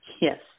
Yes